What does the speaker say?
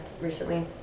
recently